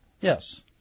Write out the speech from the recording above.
Yes